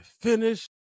finish